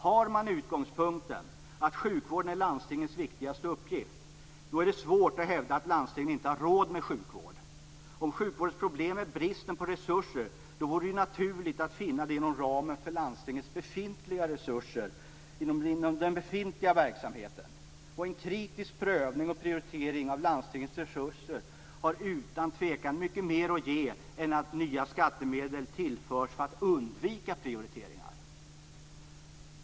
Har man utgångspunkten att sjukvården är landstingens viktigaste uppgift är det svårt att hävda att landstingen inte har råd med sjukvård.